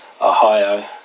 Ohio